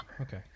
Okay